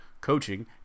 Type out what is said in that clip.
coaching